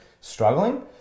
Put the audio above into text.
struggling